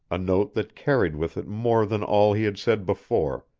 a note that carried with it more than all he had said before,